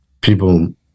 people